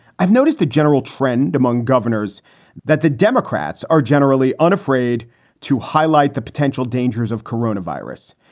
i've noticed a general trend among governors that the democrats are generally unafraid to highlight the potential dangers of corona virus.